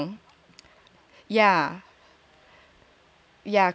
yeah